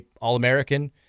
All-American